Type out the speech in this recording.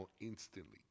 instantly